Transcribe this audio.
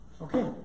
Okay